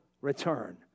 return